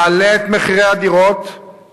מעלה את מחירי הדירות,